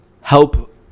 help